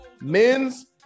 Men's